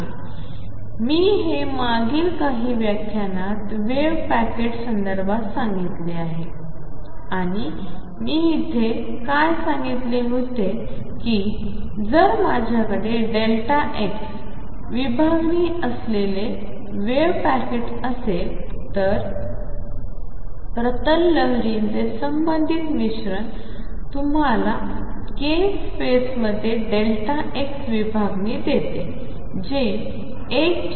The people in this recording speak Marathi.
हे मी मागील काही व्याख्यनात वेव्ह पॅकेट संदर्भात सांगितले आहे आणि मी तिथे काय सांगितले होते की जर माझ्याकडे x विभागणी असलेले वेव्ह पॅकेट असेल तर प्रतल लहरींचे संबंधित मिश्रण तुम्हाला k स्पेसमध्ये k विभागणी देते जे 1